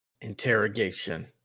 Interrogation